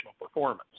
performance